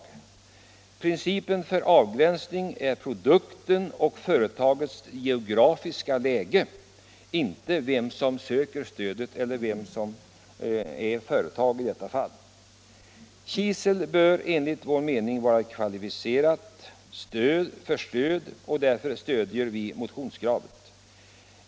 Men principen för avgränsning grundar sig på produkten och på företagets geografiska läge, inte på dem som söker stödet eller på vilket företag det gäller. Och enligt vår mening bör kisel vara kvalificerat för transportstöd. Därför står vi bakom motionskravet.